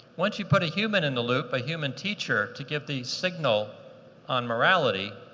once you put a human in the loop a human teacher to give the signal on morality,